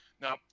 Now